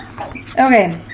Okay